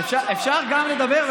אפשר גם לדבר,